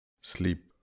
sleep